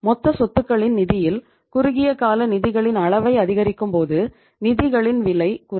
மொத்த சொத்துகளின் நிதியில் குறுகிய கால நிதிகளின் அளவை அதிகரிக்கும்போது நிதிகளின் விலை குறையும்